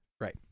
right